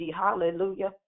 Hallelujah